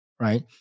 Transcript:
right